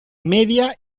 media